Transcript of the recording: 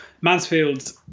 Mansfield